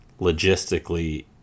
logistically